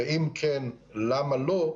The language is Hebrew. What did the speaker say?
ואם כן למה לא,